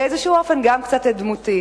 ובאיזשהו אופן גם את דמותי.